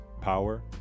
Power